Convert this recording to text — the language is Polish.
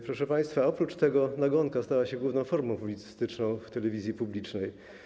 Proszę państwa, oprócz tego nagonka stała się główną formą publicystyczną w telewizji publicznej.